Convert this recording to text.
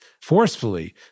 forcefully